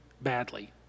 badly